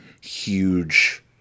huge